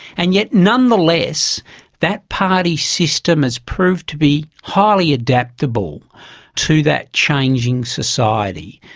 and yet nonetheless that party system has proved to be highly adaptable to that changing society.